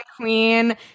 queen